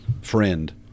friend